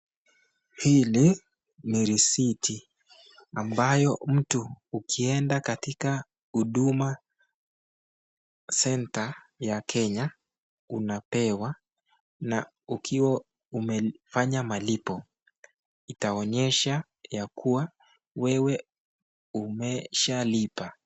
Hii ni risiti ambayo mtu akienda katika huduma Centre ya Kenya unapewa na ukiwa umefanya malipo itaonyesha yakuwa wewe umesha lipa.